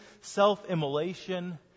self-immolation